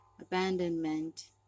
abandonment